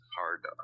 hard